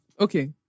Okay